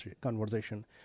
conversation